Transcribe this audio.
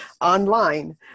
online